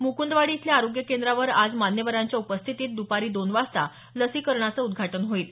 मुकुंदवाडी इथल्या आरोग्य केंद्रावर आज मान्यवरांच्या उपस्थितीत दपारी दोन वाजता लसीकरणाचं उद्घाटन होईल